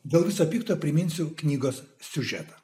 dėl viso pikto priminsiu knygos siužetą